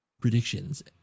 predictions